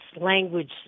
language